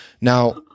Now